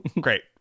Great